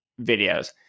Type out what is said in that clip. videos